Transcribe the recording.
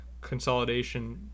consolidation